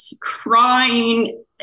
crying